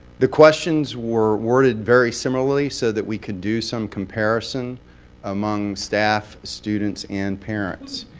the questions were worded very similarly, so that we could do some comparison among staff, students, and parents.